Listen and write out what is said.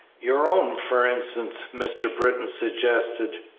your own, for instance, mr. britton suggested.